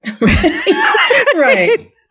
Right